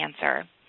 cancer